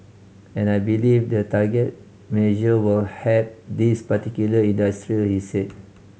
and I believe the targeted measure will help these particular industry he said